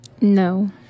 No